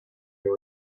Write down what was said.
they